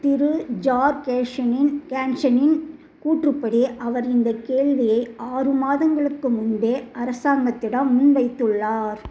திரு ஜார்கேஷனின் கேன்ஷனின் கூற்றுப்படி அவர் இந்தக் கேள்வியை ஆறு மாதங்களுக்கு முன்பே அரசாங்கத்திடம் முன்வைத்துள்ளார்